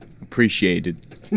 Appreciated